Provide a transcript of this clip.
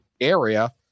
area